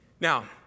Now